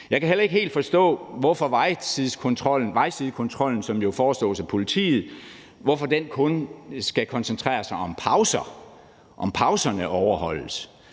Jeg kan heller ikke helt forstå, hvorfor vejsidekontrollen, som jo forestås af politiet, kun skal koncentrere sig om pauser, altså